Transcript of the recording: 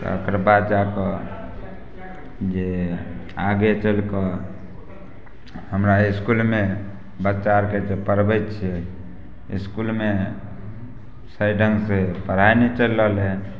तकर बाद जाकऽ जे आगे चलिकऽ हमरा इसकुलमे बच्चा आर कऽ जे पढ़बै छै इसकुलमे सही ढङ्गसँ पढ़ाइ नहि चलि रहल हइ